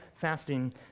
fasting